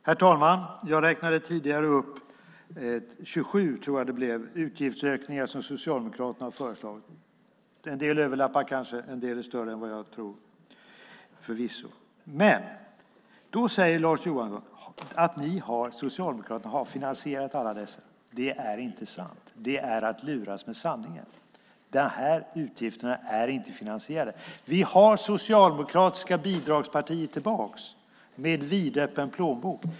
Herr talman! Jag räknade tidigare upp 27, tror jag att det var, utgiftsökningar som Socialdemokraterna har föreslagit. En del överlappar kanske, och en del är större än vad jag tror, förvisso. Men då säger Lars Johansson att Socialdemokraterna har finansierat alla dessa. Det är inte sant. Det är att luras med sanningen. De här utgifterna är inte finansierade. Vi har det socialdemokratiska bidragspartiet tillbaka med vidöppen plånbok.